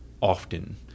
often